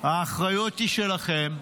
האחריות היא שלכם.